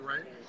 right